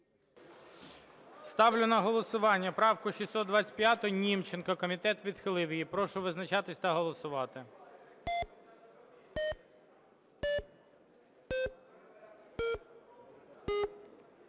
Ставлю на голосування правку 625 Німченка. Комітет відхилив її. Прошу визначатись та голосувати.